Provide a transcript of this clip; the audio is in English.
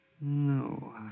No